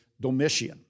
Domitian